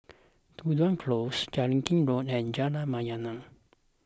Tudor Close Jellicoe Road and Jalan Mayaanam